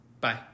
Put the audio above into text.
Bye